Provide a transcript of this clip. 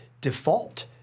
default